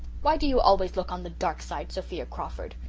why do you always look on the dark side, sophia crawford?